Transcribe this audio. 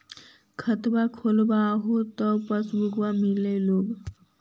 खतवा खोलैलहो तव पसबुकवा मिल गेलो?